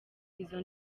izo